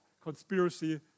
conspiracy